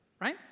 right